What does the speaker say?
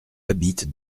habitent